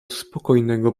spokojnego